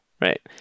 Right